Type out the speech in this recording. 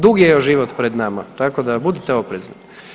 Dug je još život pred nama, tako da budite oprezni.